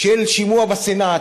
של שימוע בסנאט,